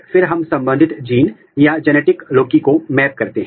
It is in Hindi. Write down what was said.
यहां हम पूरे माउंट टिशू या ऊतक के भागो का उपयोग करते हैं